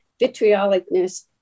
vitriolicness